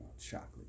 chocolate